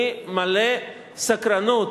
אני מלא סקרנות,